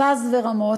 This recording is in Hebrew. פז ורמות,